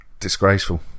disgraceful